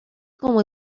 como